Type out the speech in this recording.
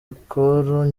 alcool